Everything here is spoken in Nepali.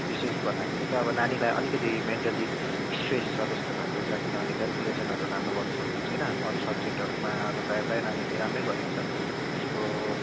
विशेष भन्दाखेरि चाहिँ अब नानीलाई अलिकति मेन्टली स्ट्रेस छ जस्तो लाग्दैछ किनभने केलकुलेसनहरू राम्रो गर्नु सकेको छैन अरू सब्जेटहरूमा प्राय प्राय नानीले राम्रै गरेको छ उसको